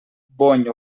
bony